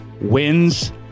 wins